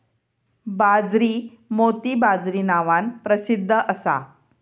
बाजरी मोती बाजरी नावान प्रसिध्द असा